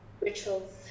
rituals